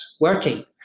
working